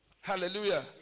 Hallelujah